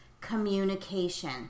communication